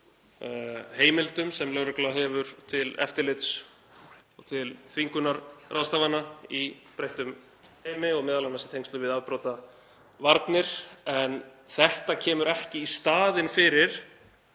heimildum sem lögregla hefur til eftirlits og til þvingunarráðstafana í breyttum heimi og m.a. í tengslum við afbrotavarnir en það kemur ekki í staðinn fyrir